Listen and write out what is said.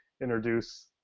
introduce